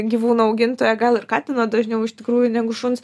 gyvūnų augintojo gal ir katino dažniau iš tikrųjų negu šuns